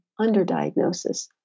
underdiagnosis